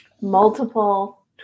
multiple